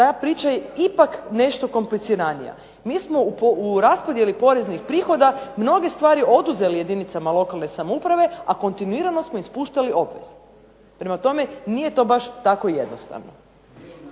ta priča je ipak nešto kompliciranija. Mi smo u raspodjeli poreznih prihoda mnoge stvari oduzeli jedinicama lokalne samouprave, a kontinuirano smo ispuštali obveze. Prema tome nije to baš tako jednostavno.